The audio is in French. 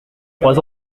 trois